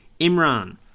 Imran